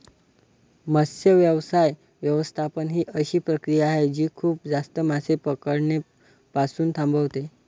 मत्स्य व्यवसाय व्यवस्थापन ही अशी प्रक्रिया आहे जी खूप जास्त मासे पकडणे पासून थांबवते